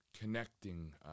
Connecting